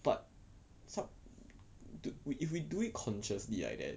but sub~ to if we do it consciously like that